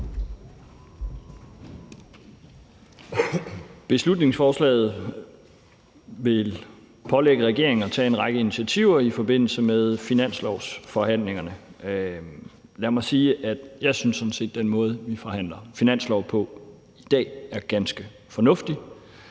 Beslutningsforslaget vil pålægge regeringen at tage en række initiativer i forbindelse med finanslovsforhandlingerne. Lad mig sige, at jeg sådan set synes, at den måde, vi forhandler finanslov på i dag, er ganske fornuftig,